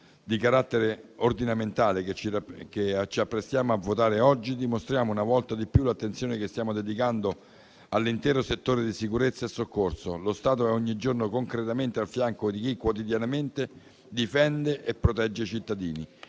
di carattere ordinamentale che ci apprestiamo a votare oggi dimostriamo una volta di più l'attenzione che stiamo dedicando all'intero settore di sicurezza e soccorso. Lo Stato è ogni giorno concretamente al fianco di chi quotidianamente difende e protegge i cittadini